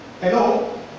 Hello